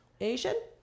Asian